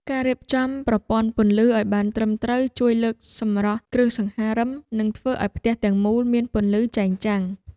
ការរៀបចំប្រព័ន្ធពន្លឺឱ្យបានត្រឹមត្រូវជួយលើកសម្រស់គ្រឿងសង្ហារិមនិងធ្វើឱ្យផ្ទះទាំងមូលមានពន្លឺចែងចាំង។